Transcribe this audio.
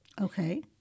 okay